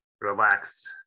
relaxed